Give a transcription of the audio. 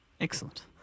Excellent